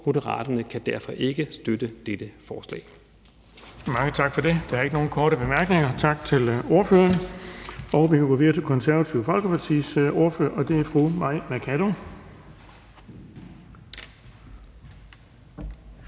Moderaterne kan derfor ikke støtte dette forslag.